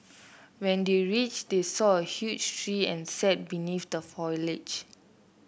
when they reached they saw a huge tree and sat beneath the foliage